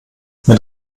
mit